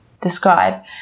describe